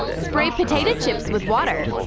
spray potato chips with water.